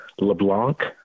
LeBlanc